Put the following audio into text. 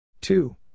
two